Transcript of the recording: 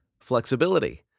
flexibility